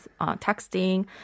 texting